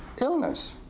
illness